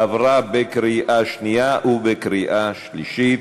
עברה בקריאה שנייה ובקריאה שלישית.